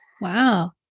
Wow